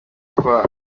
kwa